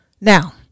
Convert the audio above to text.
Now